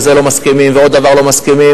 וזה לא מסכימים ועוד דבר לא מסכימים.